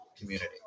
community